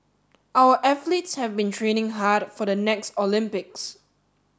our athletes have been training hard for the next Olympics